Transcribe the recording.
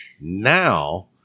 now